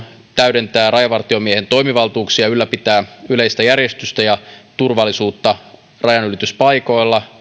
täydentää rajavartiomiehen toimivaltuuksia ja ylläpitää yleistä järjestystä ja turvallisuutta rajanylityspaikoilla